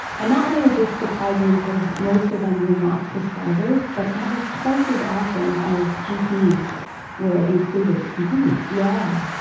and not only was this surprising because most of them were not prescribers but that was twice as often as gps were included. you're kidding! yeah